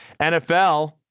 NFL